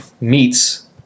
meets